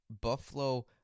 Buffalo